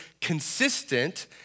consistent